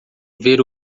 ver